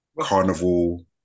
Carnival